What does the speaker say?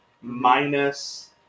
minus